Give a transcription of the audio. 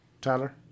Tyler